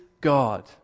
God